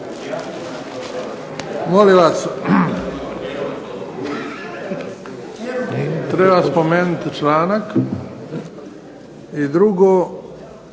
Molim vas treba spomenuti članak. I drugo,